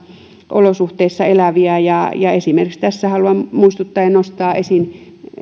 olosuhteissa eläviä esimerkiksi haluan nostaa esiin